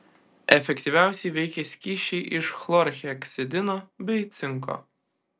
efektyviausiai veikia skysčiai iš chlorheksidino bei cinko